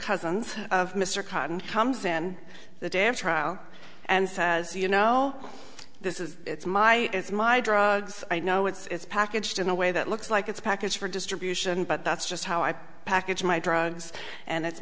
in the damn trial and says you know this is it's my it's my drugs i know it's packaged in a way that looks like it's packaged for distribution but that's just how i package my drugs and it's